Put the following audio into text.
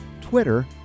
Twitter